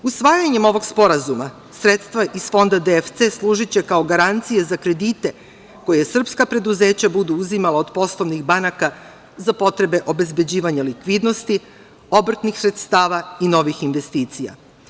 Usvajanjem ovog sporazuma sredstva iz Fonda DFC služiće kao garancija za kredite koje srpska preduzeća budu uzimala od poslovnih banaka za potrebe obezbeđivanja likvidnosti, obrtnih sredstava i novih investicija.